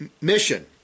mission